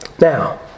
Now